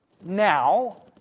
now